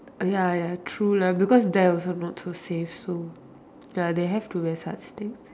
ya ya true lah because there also not so safe so ya they have to wear such things